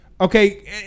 okay